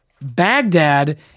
Baghdad